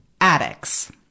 addicts